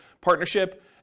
partnership